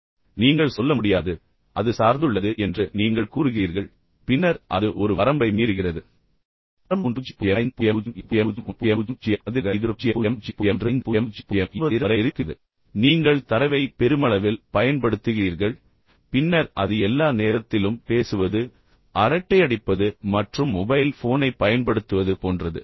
எனவே நீங்கள் சொல்ல முடியாது அது சார்ந்துள்ளது என்று நீங்கள் கூறுகிறீர்கள் பின்னர் அது ஒரு வரம்பை மீறுகிறது ஆரம்ப 3005008001000 க்கு பதிலாக இது 100001500020000 வரை பெரிதாக்குகிறது நீங்கள் தரவை பெருமளவில் பயன்படுத்துகிறீர்கள் பின்னர் அது எல்லா நேரத்திலும் பேசுவது அரட்டையடிப்பது மற்றும் மொபைல் ஃபோனைப் பயன்படுத்துவது போன்றது